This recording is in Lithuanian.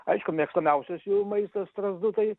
aišku mėgstamiausias jų maistas strazdų tai